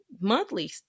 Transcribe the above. Monthly